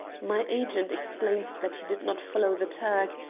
my agent explains that he did not follow the turk,